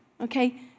okay